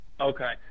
Okay